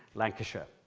lancashire,